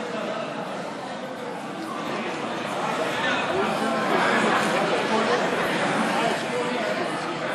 הניסים ועל הנפלאות שעשית לאבותינו בימים ההם בזמן הזה.